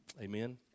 Amen